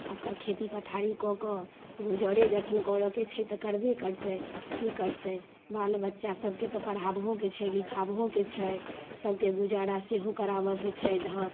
एतऽ खेती पथारी कऽ कऽ गुजरे जखन करऽ के छै तऽ करबे करतै की करतै बाल बच्चा सभकेँ तऽ पढ़ाबहोके छै लिखाबहोके छै सभकेँ गुजारा सेहो कराबऽके छै धान